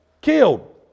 killed